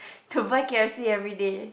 to buy K_F_C everyday